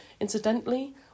incidentally